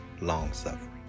long-suffering